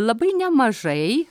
labai nemažai